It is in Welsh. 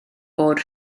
bod